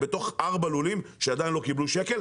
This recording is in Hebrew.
הם בתוך ארבעת הלולים שעדיין לא קיבלו שקל.